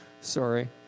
Sorry